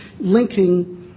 linking